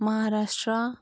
Maharashtra